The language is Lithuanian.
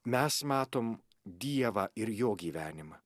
mes matom dievą ir jo gyvenimą